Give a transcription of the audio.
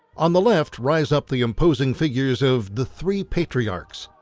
on the left rise up the imposing figures of the three patriarchs.